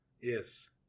Yes